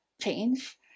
change